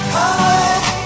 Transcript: high